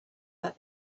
that